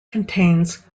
contains